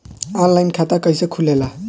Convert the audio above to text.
Online खाता कइसे खुलेला?